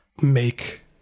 make